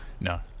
No